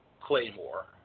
Claymore